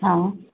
हा